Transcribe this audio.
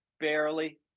barely